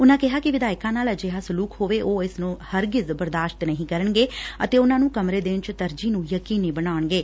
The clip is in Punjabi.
ਉਨੂਾਂ ਕਿਹਾ ਕਿ ਵਿਧਾਇਕਾਂ ਨਾਲ ਅਜਿਹਾ ਸਲੁਕ ਹੋਵੇ ਉਹ ਇਸ ਨੂੰ ਹਰਗਿਜ਼ ਬਰਦਾਸ਼ਤ ਨਹੀਂ ਕਰਨਗੇ ਅਤੇ ਉਨਾਂ ਨੂੰ ਕਮਰੇ ਦੇਣ ਚ ਤਰਜੀਹ ਨੁੰ ਯਕੀਨੀ ਬਣਾਉਣਗੇ